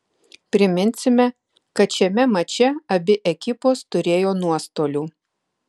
priminsime kad šiame mače abi ekipos turėjo nuostolių